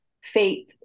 faith